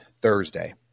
Thursday